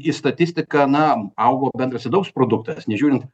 į statistiką na augo bendras vidaus produktas nežiūrint